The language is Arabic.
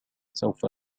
سوف